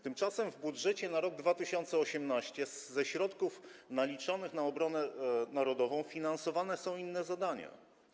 Tymczasem w budżecie na rok 2018 ze środków naliczonych na obronę narodową finansowane są inne zadania.